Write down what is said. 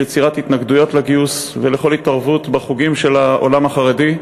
של יצירת התנגדויות לגיוס ולכל התערבות בחוגים של העולם החרדי,